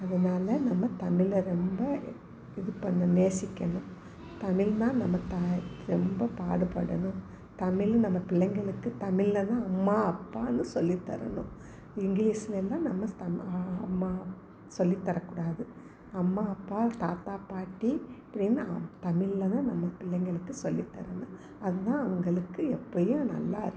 இதனால் நம்ம தமிழை ரொம்ப இது பண்ணணும் நேசிக்கணும் தமிழ் தான் நம்ம தாய் ரொம்ப பாடுபடணும் தமிழ் நம்ம பிள்ளைங்களுக்கு தமிழில் தான் அம்மா அப்பான்னு சொல்லித் தரணும் இங்கிலீஷ்லெல்லாம் நம்ம அம்மா சொல்லித் தரக்கூடாது அம்மா அப்பா தாத்தா பாட்டி அப்படின்னு தமிழில் தான் நம்ம பிள்ளைங்களுக்கு சொல்லித் தரணும் அதுதான் அவங்களுக்கு எப்பயும் நல்லாயிருக்கும்